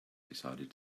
decided